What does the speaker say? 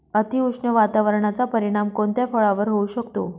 अतिउष्ण वातावरणाचा परिणाम कोणत्या फळावर होऊ शकतो?